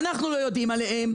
אנחנו לא יודעים עליהם.